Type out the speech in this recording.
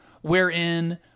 wherein